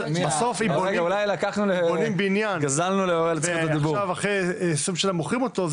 בסוף אם בונים בניין ועכשיו אחרי 20 שנה מוכרים אותו,